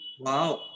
Wow